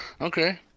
Okay